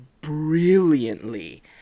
brilliantly